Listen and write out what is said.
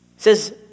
says